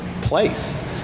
place